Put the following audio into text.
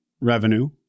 revenue